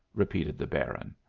repeated the baron.